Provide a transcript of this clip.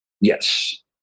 Yes